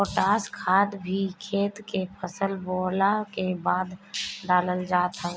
potash खाद भी खेत में फसल बोअला के बाद डालल जात हवे